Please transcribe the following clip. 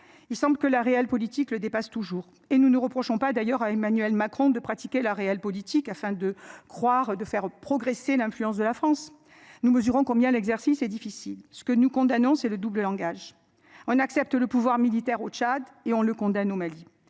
Il semble que la réelle politique le dépasse toujours et nous nous reprochons pas d'ailleurs à Emmanuel Macron de pratiquer la réelle politique afin de croire de faire progresser l'influence de la France. Nous mesurons combien l'exercice est difficile, ce que nous condamnons, c'est le double langage, on accepte le pouvoir militaire au Tchad et on le condamne au Mali.